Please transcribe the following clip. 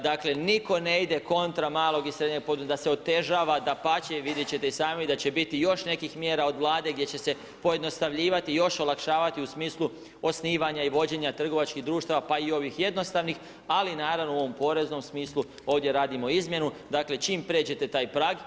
Dakle nitko ne ide kontra malog i srednjeg poduzetništva, da se otežava, dapače, vidjet ćete i sami da će biti još nekih mjera od vlade gdje će se pojednostavljivati još olakšavati u smislu osnivanja i vođenja trgovačkih društava pa i ovih jednostavnih, ali naravno u ovom poreznom smislu ovdje radimo izmjenu, dakle čim pređete taj prag.